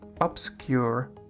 obscure